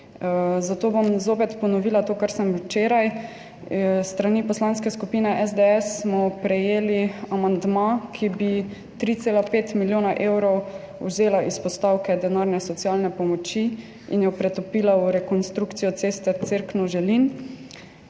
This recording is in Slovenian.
Zato bom zopet ponovila to, kar sem včeraj. S strani Poslanske skupine SDS smo prejeli amandma, s katerim bi 3,5 milijona evrov vzela s postavke denarne socialne pomoči in jih pretopila v rekonstrukcijo ceste Cerkno–Želin.